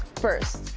first,